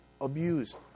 abuse